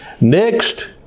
Next